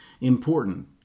important